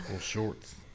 shorts